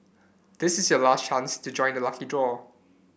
this is your last chance to join the lucky draw